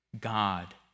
God